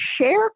share